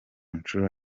nshuro